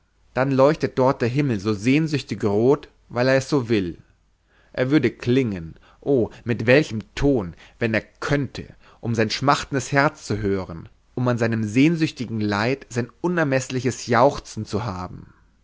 dann leuchtet dort der himmel so sehnsüchtig rot weil er so will er würde klingen o mit welchem ton wenn er könnte um sein schmachtendes herz zu hören um an seinem sehnsüchtigen leid sein unermeßliches jauchzen zu haben